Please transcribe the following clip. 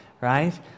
right